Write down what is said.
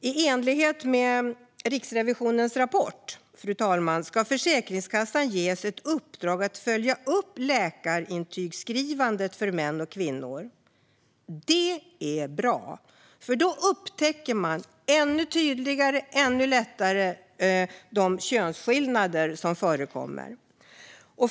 I enlighet med Riksrevisionens rapport, fru talman, ska Försäkringskassan ges ett uppdrag att följa upp läkarintygsskrivandet för män och kvinnor. Det är bra, för då upptäcker man ännu tydligare och ännu lättare de könsskillnader som förekommer.